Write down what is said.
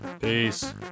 Peace